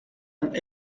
and